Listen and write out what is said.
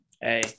Hey